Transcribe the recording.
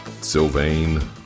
Sylvain